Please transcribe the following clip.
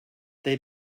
they